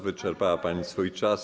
Wyczerpała pani swój czas.